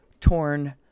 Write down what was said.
torn